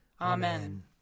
Amen